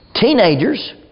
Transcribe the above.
Teenagers